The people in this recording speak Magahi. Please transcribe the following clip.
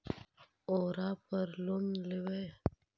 ओरापर लोन लेवै?